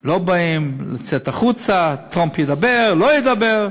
לא באים, לצאת החוצה, טראמפ ידבר, לא ידבר.